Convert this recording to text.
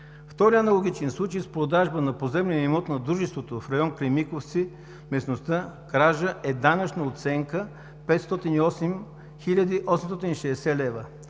Вторият аналогичен случай с продажба на поземлен имот на Дружеството в район Кремиковци, местността „Кража“, е с данъчна оценка 508 хил. 860 лв.